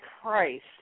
Christ